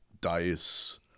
Dice